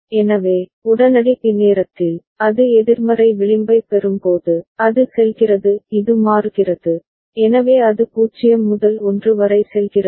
எனவே உடனடி பி நேரத்தில் அது எதிர்மறை விளிம்பைப் பெறும்போது அது செல்கிறது இது மாறுகிறது எனவே அது 0 முதல் 1 வரை செல்கிறது